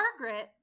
Margaret